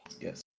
Yes